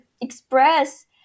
express